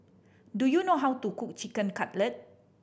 do you know how to cook Chicken Cutlet